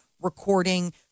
recording